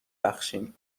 بخشیم